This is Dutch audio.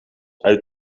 uit